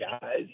guys